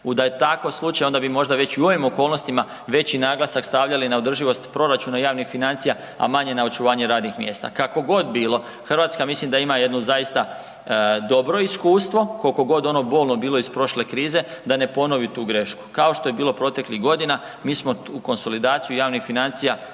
Da je takav slučaj onda bi možda već i u ovim okolnostima veći naglasak stavljali na održivost proračuna javnih financija, a manje na očuvanje radnih mjesta. Kako god bilo, Hrvatska ja mislim da ima jednu zaista dobro iskustvo, kolko god ono bolno bilo iz prošle krize, da ne ponovi tu grešku. Kao što je bilo proteklih godina mi smo u konsolidaciju javnih financija